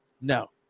No